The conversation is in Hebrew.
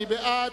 מי בעד?